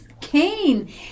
cane